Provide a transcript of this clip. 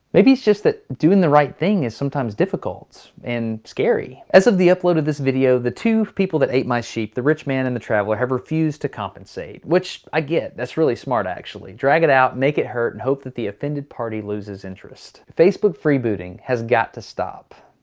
maybe it's just that doing the right thing is sometimes difficult, and scary. as of the upload of this video, the two people that ate my sheep, the rich man and the traveller, have refused to compensate, which i get. that's really smart actually. drag it out, make it hurt, and hope that the offended party loses interest. facebook freebooting has got to stop,